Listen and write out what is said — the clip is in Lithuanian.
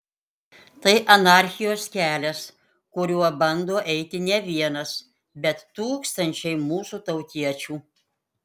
tai anarchijos kelias kuriuo bando eiti ne vienas bet tūkstančiai mūsų tautiečių